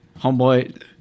Homeboy